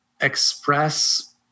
express